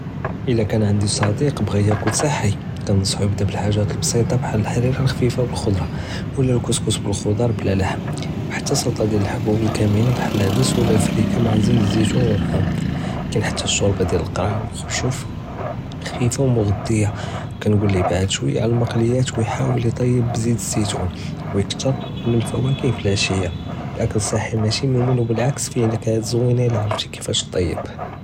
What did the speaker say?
אלא קאן ענדי צדיק בغا יאקול סחי, כננצוחו יבדא בלחאגאת לבסיטה בחאל אלחרירה לחפיפה ו אלחדרה, ולא קסקס בלחדר בלא לחם חתי סלטה דיאל אלחובוב אלכמלה בחאל אלעדס ולא לפריק מע זית זיתון ו אלחאמד, קיין חתי אלשורבה דיאל אלקרה ו אלחרשוף חפיפה ומגנזיה, כנקול ליה בעד שוيا עלא אלמקלית ו יחל יطيب בזית הזיתון, וייקתאר מן אלפוואكه פלעלשיה אלאכל הסחי מאשי ממל ובאלעקס פיה נכות זווינין לראתти כפה טיפ.